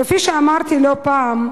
כפי שאמרתי לא פעם,